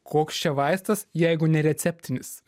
koks čia vaistas jeigu nereceptinis